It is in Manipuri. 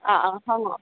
ꯑꯥ ꯑꯥ ꯍꯪꯉꯣ